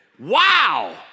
wow